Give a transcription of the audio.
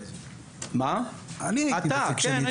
אני הייתי בזה.